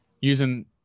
using